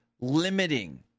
limiting